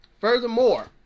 Furthermore